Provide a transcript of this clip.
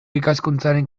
ikaskuntzaren